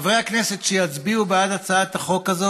חברי הכנסת שיצביעו בעד הצעת החוק הזאת